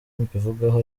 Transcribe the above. mbivugaho